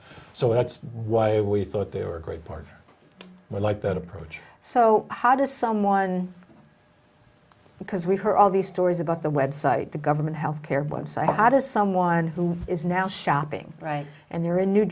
so that's why we thought they were great part i like that approach so how does someone because we heard all these stories about the website the government health care once i had a someone who is now shopping right and they're in new